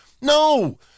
No